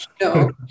no